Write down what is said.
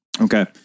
Okay